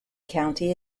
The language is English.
county